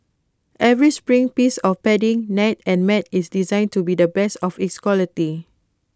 every spring piece of padding net and mat is designed to be the best of its quality